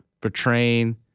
portraying